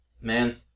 Man